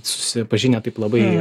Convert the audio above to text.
susipažinę taip labai